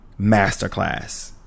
masterclass